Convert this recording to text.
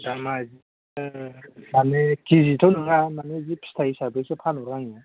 दामा बिदिनो माने खेजिथ' नङा माने बे फिथाइ हिसाबैसो फानोना आङो